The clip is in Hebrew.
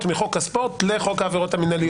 מחוק הספורט לחוק העבירות המינהליות.